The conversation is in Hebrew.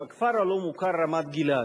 או הכפר הלא-מוכר רמת-גלעד.